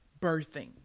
birthing